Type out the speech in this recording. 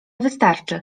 wystarczy